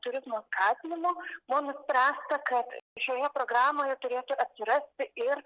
turizmo skatinimo buvo nuspręsta kad šioje programoje turėtų atsirasti ir